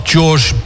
George